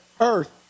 earth